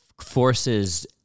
forces